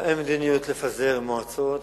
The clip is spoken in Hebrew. אין מדיניות לפזר מועצות,